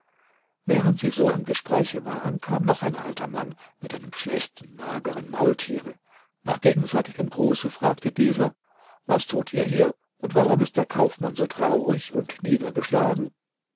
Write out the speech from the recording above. während sie so im gespräch waren kam noch ein alter mann mit einem schlechten mageren maultiere nach gegenseitigem gruße fragte dieser was tut ihr hier und warum ist der kaufmann so traurig und niedergeschlagen